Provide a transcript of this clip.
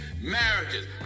marriages